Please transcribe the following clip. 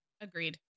Agreed